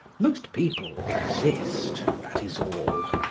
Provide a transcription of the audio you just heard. most people exist, that is all.